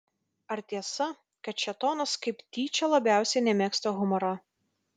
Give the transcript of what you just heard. ar tiesa kad šėtonas kaip tyčia labiausiai nemėgsta humoro